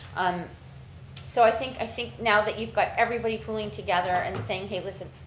um so, i think i think now that you've got everybody pulling together and saying, hey listen.